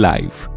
Life